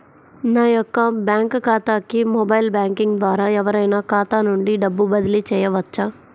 నా యొక్క బ్యాంక్ ఖాతాకి మొబైల్ బ్యాంకింగ్ ద్వారా ఎవరైనా ఖాతా నుండి డబ్బు బదిలీ చేయవచ్చా?